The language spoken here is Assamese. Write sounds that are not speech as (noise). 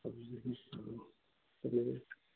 (unintelligible)